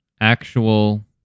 actual